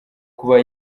kuba